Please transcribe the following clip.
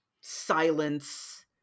silence